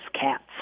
cats